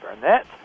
Burnett